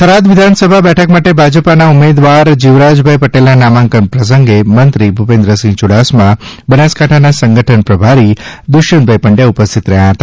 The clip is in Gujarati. થરાદ વિધાનસભા બેઠક માટે ભાજપાના ઉમેદવાર શ્રી જીવરાજભાઈ પટેલના નામાંકન પ્રસંગે મંત્રીશ્રી ભુપેન્દ્રસિંહ યુડાસમા બનાસકાંઠાના સંગઠન પ્રભારીશ્રી દુષ્યંતભાઈ પંડ્યા ઉપસ્થિત રહ્યા હતા